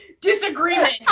Disagreement